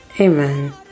Amen